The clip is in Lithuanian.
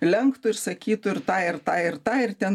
lenktų ir sakytų ir tą ir tą ir tą ir ten